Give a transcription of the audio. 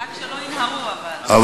רק שלא ינהרו, אבל.